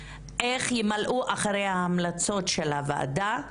איך ימלאו אחר המלצות הוועדה,